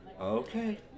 Okay